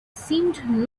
seemed